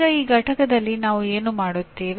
ಈಗ ಈ ಪಠ್ಯದಲ್ಲಿ ನಾವು ಏನು ನೋಡುತ್ತೇವೆ